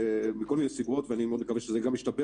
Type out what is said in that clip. מכל מיני סיבות ואני מאוד מקווה שזה גם ישתפר